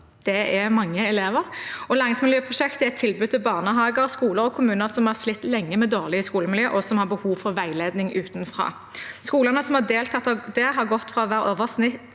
Det er mange elever. Læringsmiljøprosjektet er et tilbud til barnehager, skoler og kommuner som har slitt lenge med dårlig skolemiljø, og som har behov for veiledning utenfra. Skolene som har deltatt, har gått fra å være over snittet